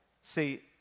See